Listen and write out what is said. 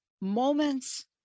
moments